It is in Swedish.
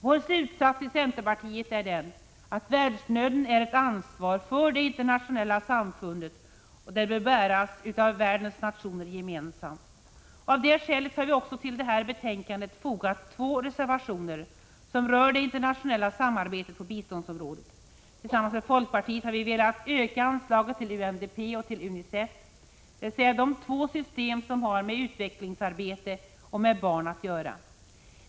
Vår slutsats i centerpartiet är den, att världsnöden är ett ansvar för det internationella samfundet och att det ansvaret bör bäras av världens nationer gemensamt. Av det skälet har vi också till detta betänkande fogat två reservationer som rör det internationella samarbetet på biståndsområdet. Tillsammans med folkpartiet har vi velat öka anslagen till UNDP och till UNICEF, dvs. de två system som har med utvecklingsarbete och med barn att göra.